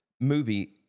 movie